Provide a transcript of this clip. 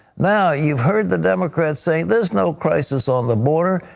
now, you have heard the democrat say there is no crisis on the border,